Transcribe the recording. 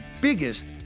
biggest